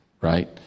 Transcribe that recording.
right